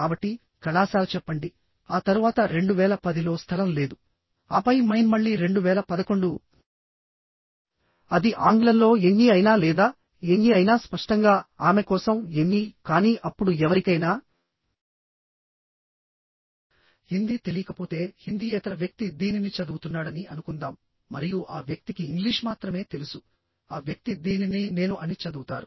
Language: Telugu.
కాబట్టి కళాశాల చెప్పండి ఆ తరువాత 2010 లో స్థలం లేదు ఆపై మైన్ మళ్ళీ 2011 అది ఆంగ్లంలో ఎంఈ అయినా లేదా ఎంఈ అయినా స్పష్టంగా ఆమె కోసం ఎంఈకానీ అప్పుడు ఎవరికైనా హిందీ తెలియకపోతే హిందీయేతర వ్యక్తి దీనిని చదువుతున్నాడని అనుకుందాం మరియు ఆ వ్యక్తికి ఇంగ్లీష్ మాత్రమే తెలుసు ఆ వ్యక్తి దీనిని నేను అని చదువుతారు